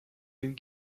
den